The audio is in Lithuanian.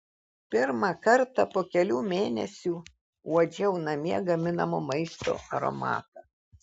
pirmą kartą po kelių mėnesių uodžiau namie gaminamo maisto aromatą